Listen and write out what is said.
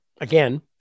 again